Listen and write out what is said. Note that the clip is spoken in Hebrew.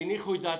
הניחו את דעתי.